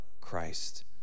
Christ